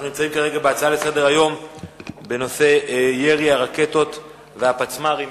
אנחנו נמצאים כרגע בהצעה לסדר-היום בנושא ירי הרקטות והפצמ"רים